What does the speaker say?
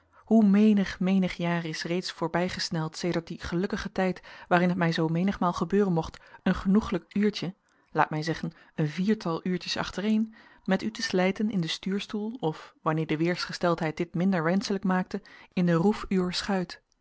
hoe menig menig jaar is reeds voorbijgesneld sedert dien gelukkigen tijd waarin het mij zoo menigmaal gebeuren mocht een genoeglijk uurtje laat mij zeggen een viertal uurtjes achtereen met u te slijten in den stuurstoel of wanneer de weersgesteldheid dit minder wenschelijk maakte in de roef uwer schuit